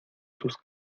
sus